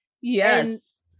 yes